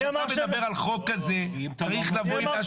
כשאתה מדבר על החוק הזה צריך לבוא עם משהו